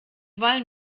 wollen